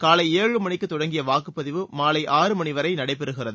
காலை ஏழு மணிக்கு தொடங்கிய வாக்குப்பதிவு மாலை ஆறு மணி வரை நடைபெறுகிறது